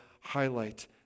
highlight